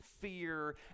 fear